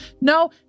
no